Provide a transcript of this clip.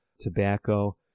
tobacco